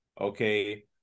Okay